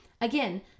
Again